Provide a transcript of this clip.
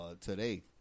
today